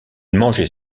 mangeait